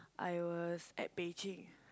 I was at Beijing